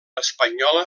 espanyola